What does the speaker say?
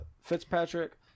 Fitzpatrick